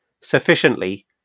sufficiently